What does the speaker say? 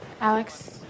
Alex